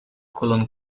colon